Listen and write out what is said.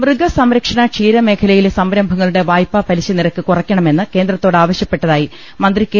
മൃഗ സംരക്ഷണ ക്ഷീരമേഖലയില്പ് സംരംഭങ്ങളുടെ വായ്പാ പലിശ നിരക്ക് കുറയ്ക്കണമെന്ന് കേന്ദ്രത്തോട് ആവശ്യപ്പെട്ടതായി മന്ത്രി കെ